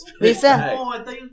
Lisa